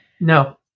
No